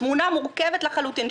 תמונה מורכבת לחלוטין,